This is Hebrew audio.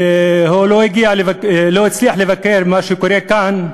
ולא הצליח לבקר את מה שקורה כאן,